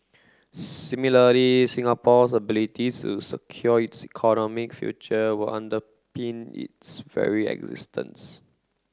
similarly Singapore's ability to secure its economic future will underpin its very existence